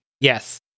Yes